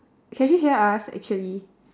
can she hear us actually